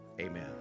amen